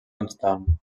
constant